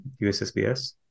USSBS